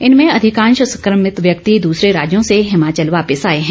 इनमें अधिकांश संक्रमित व्यक्ति दूसरे राज्यों से हिमाचल वापिस आए हैं